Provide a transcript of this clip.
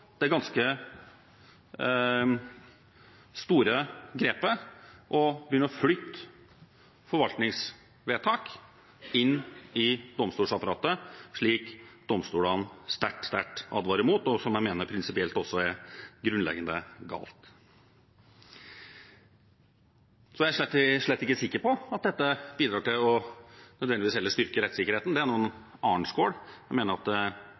det ganske store grepet som det er å begynne å flytte forvaltningsvedtak inn i domstolsapparatet, slik som domstolene sterkt advarer mot, og som jeg mener prinsipielt sett er grunnleggende galt. Så jeg er slett ikke sikker på at dette nødvendigvis bidrar til å styrke rettssikkerheten. Det er en annen skål. Jeg mener at